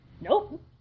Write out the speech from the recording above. Nope